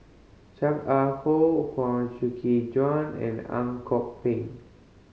Chan Ah How Huang Shiqi Joan and Ang Kok Peng